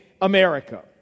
America